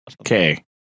Okay